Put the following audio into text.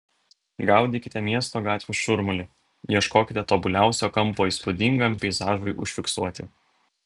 gaudykite miesto gatvių šurmulį ieškokite tobuliausio kampo įspūdingam peizažui užfiksuoti